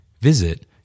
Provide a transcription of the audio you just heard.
Visit